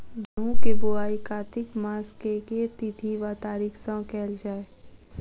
गेंहूँ केँ बोवाई कातिक मास केँ के तिथि वा तारीक सँ कैल जाए?